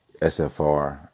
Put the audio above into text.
SFR